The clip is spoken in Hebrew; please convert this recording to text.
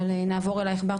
נעבור אלייך בר,